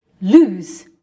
lose